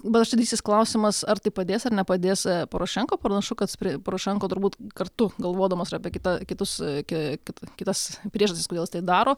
va štai didysis klausimas ar tai padės ar nepadės porošenko panašu kad porošenko turbūt kartu galvodamas ir apie kitą kitus iki kit kitas priežastis kodėl jis tai daro